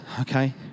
Okay